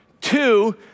Two